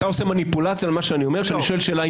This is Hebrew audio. אתה עושה מניפולציה על מה שאני אומר כשאני שואל שאלה עניינית.